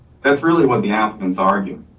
that's really what the applicant is arguing.